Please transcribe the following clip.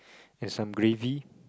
and some gravy